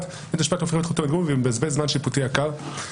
הופך להיות חותמת גומי ומבזבז זמן שיפוטי יקר.